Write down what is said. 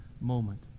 moment